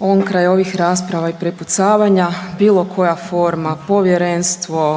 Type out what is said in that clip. Onkraj ovih rasprava i prepucavanja bilo koja forma povjerenstvo,